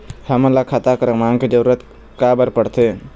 हमन ला खाता क्रमांक के जरूरत का बर पड़थे?